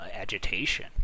agitation